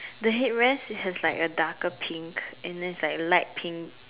the head rest it has like a darker pink and there's like light pink